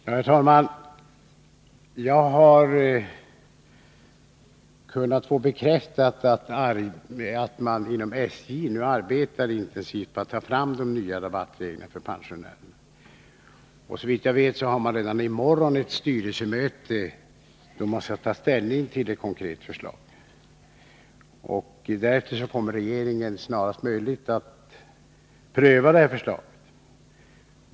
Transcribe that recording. Herr talman! Jag har kunnat få bekräftat att man inom SJ nu arbetar intensivt med att ta fram de nya rabattreglerna för pensionärer. Såvitt jag vet har man redan i morgon ett styrelsemöte då man skall ta ställning till ett konkret förslag. Därefter kommer regeringen att snarast möjligt pröva detta förslag.